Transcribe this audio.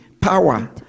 Power